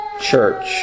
Church